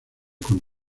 con